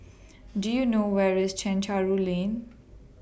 Do YOU know Where IS Chencharu Lane